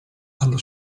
allo